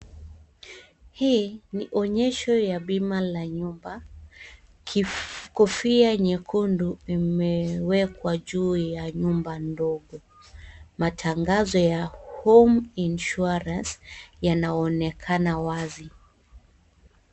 Hii ni onyesho la bima ya nyumba kofia nyekundu imewekwa juu ya nyumba ndogo matangazo ya Home insurance yanaonekana wazi.